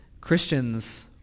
Christians